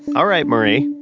all right, marie,